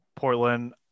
Portland